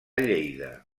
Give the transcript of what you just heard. lleida